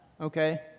okay